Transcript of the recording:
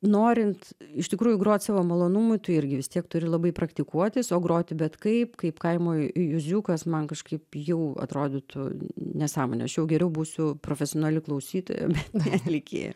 norint iš tikrųjų grot savo malonumui tu irgi vis tiek turi labai praktikuotis o groti bet kaip kaip kaimo juziukas man kažkaip jau atrodytų nesąmonė aš jau geriau būsiu profesionali klausytoja bet ne atlikėja